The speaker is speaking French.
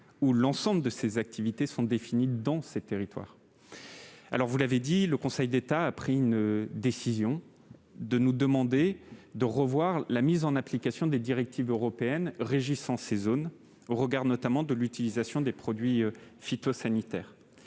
qui peuvent y être menées sont définies dans les territoires. Vous l'avez dit, le Conseil d'État a pris la décision de nous demander de revoir la mise en application des directives européennes régissant ces zones, eu égard notamment à l'utilisation des produits phytosanitaires.